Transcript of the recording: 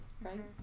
right